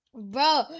Bro